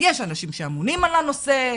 יש אנשים שאמונים על הנושא,